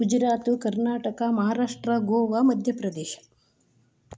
Gujarat Karnataka Maharashtra Goa Madhya Pradesh